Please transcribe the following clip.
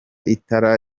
itara